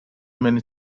many